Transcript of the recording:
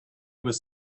was